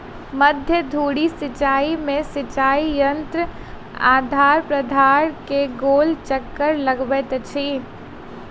मध्य धुरी सिचाई में सिचाई यंत्र आधार प्राधार के गोल चक्कर लगबैत अछि